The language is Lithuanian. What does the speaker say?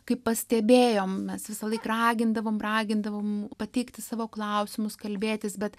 kaip pastebėjom mes visąlaik ragindavom ragindavom pateikti savo klausimus kalbėtis bet